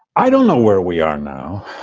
i don't know where we are now.